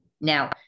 Now